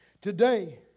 Today